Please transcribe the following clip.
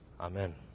Amen